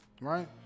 Right